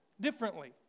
differently